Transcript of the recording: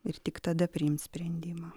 ir tik tada priimt sprendimą